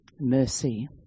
mercy